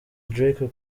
drake